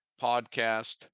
podcast